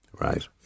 Right